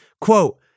quote